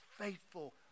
faithful